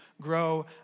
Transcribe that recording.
grow